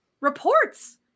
reports